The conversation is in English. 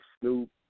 Snoop